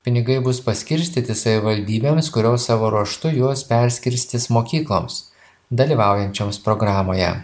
pinigai bus paskirstyti savivaldybėms kurios savo ruožtu juos perskirstys mokykloms dalyvaujančioms programoje